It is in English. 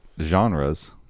genres